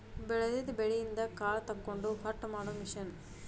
ಬೆಳದಿದ ಬೆಳಿಯಿಂದ ಕಾಳ ತಕ್ಕೊಂಡ ಹೊಟ್ಟ ಮಾಡು ಮಿಷನ್